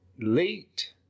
late